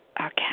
okay